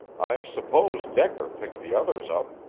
i suppose decker picked the others up,